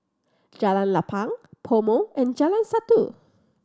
Jalan Lapang PoMo and Jalan Satu